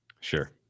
Sure